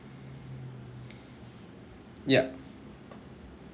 yup